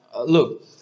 look